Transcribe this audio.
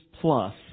plus